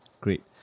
great